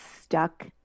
stuck